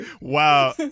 Wow